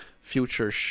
future